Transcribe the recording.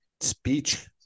speech